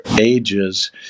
ages